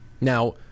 now